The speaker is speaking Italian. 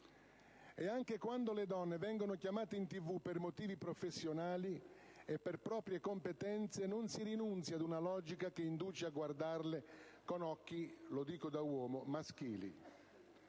Anche quando le donne vengono chiamate in TV per motivi professionali e per proprie competenze, non si rinuncia ad una logica che induce a guardarle con occhi - lo dico da uomo - maschili.